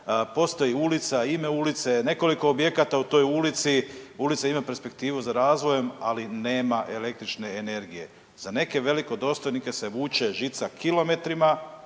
postoji ulica, ime ulice nekoliko objekata u toj ulici, ulica ima perspektivu za razvojem ali nema električne energije. Za neke velikodostojnike se vuče žica kilometrima